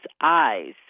eyes